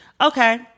Okay